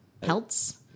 Pelts